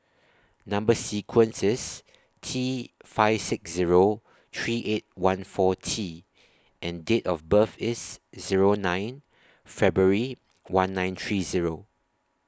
Number sequence IS T five six Zero three eight one four T and Date of birth IS Zero nine February one nine three Zero